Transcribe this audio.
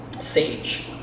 sage